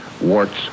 warts